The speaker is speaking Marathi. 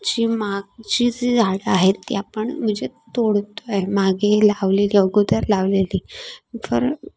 जी मागची जी झाडं आहेत ती आपण म्हणजे तोडतो आहे मागे लावलेली अगोदर लावलेली फॉर